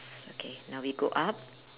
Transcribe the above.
okay now we go up